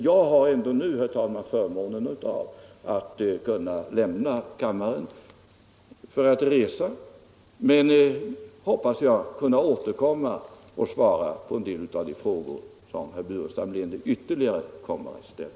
Jag har nu, herr talman, förmånen att kunna lämna kammaren för att resa, men jag hoppas kunna återkomma och svara på en del av de frågor som herr Burenstam Linder ytterligare kommer att ställa.